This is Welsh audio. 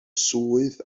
swydd